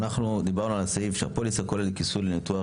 אנחנו דיברנו על סעיף שהפוליסה כוללת כיסוי לניתוח,